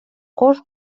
кош